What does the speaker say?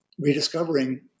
rediscovering